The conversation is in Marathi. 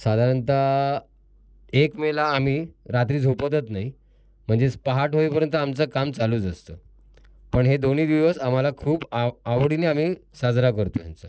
साधारणतः एक मेला आम्ही रात्री झोपतच नाही म्हणजेच पहाट होईपर्यंत आमचं काम चालूच असतं पण हे दोन्ही दिवस आम्हाला खूप आव आवडीने आम्ही साजरा करतो यांचा